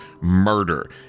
murder